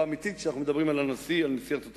אמיתית: כשאנחנו מדברים על נשיא ארצות-הברית